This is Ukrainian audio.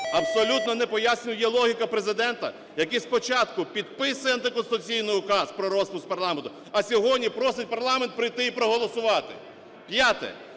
Абсолютно непояснювальною є логіка Президента, який спочатку підписує антиконституційний Указ про розпуск парламенту, а сьогодні просить парламент прийти і проголосувати. П'яте.